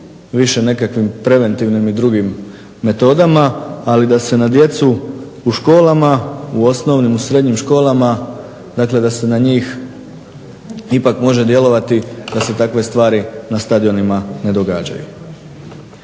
više nekakvim preventivnim i drugim metodama ali da se na djecu u školama, u osnovnim, u srednjim školama, dakle da se na njih ipak m ože djelovati da se takve stvari na stadionima ne događaju.